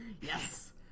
Yes